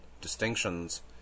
distinctions